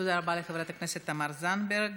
תודה רבה לחברת הכנסת תמר זנדברג.